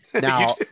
Now